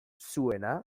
zuena